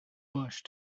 bush